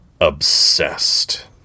obsessed